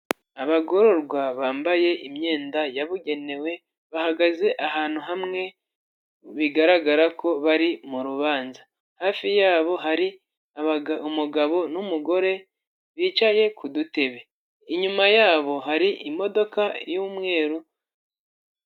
Abagororwa bambaye imyenda yabugenewe bahagaze ahantu hamwe bigaragara ko bari mu rubanza hafi yabo hari umugabo n'umugore bicaye ku dutebe, inyuma yabo hari imodoka y'umweru.